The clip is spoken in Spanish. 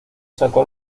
sacó